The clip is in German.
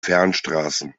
fernstraßen